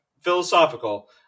philosophical